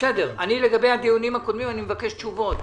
אני מבקש תשובות